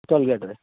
ଟୋଲ୍ଗେଟରେ